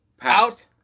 out